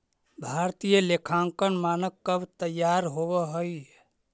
भारतीय लेखांकन मानक कब तईयार होब हई?